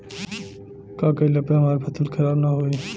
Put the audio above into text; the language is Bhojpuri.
का कइला पर हमार फसल खराब ना होयी?